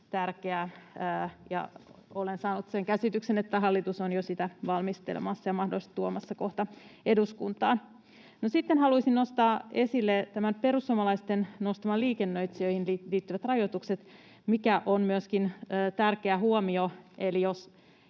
tärkeää. Olen saanut sen käsityksen, että hallitus on sitä jo valmistelemassa ja mahdollisesti tuomassa kohta eduskuntaan. Sitten haluaisin nostaa esille perussuomalaisten nostamat liikennöitsijöihin liittyvät rajoitukset, mikä on myöskin tärkeä huomio. Jos